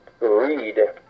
read